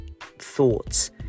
thoughts